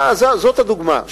זאת הדוגמה.